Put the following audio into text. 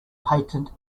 patent